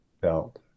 felt